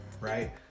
right